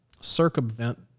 circumvent